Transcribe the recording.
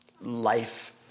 Life